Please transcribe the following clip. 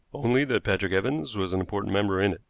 only that patrick evans was an important member in